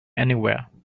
anywhere